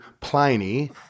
Pliny